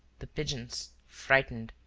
the pigeons, frightened,